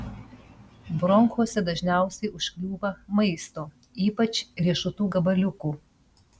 bronchuose dažniausiai užkliūva maisto ypač riešutų gabaliukų